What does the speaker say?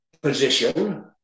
position